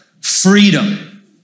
Freedom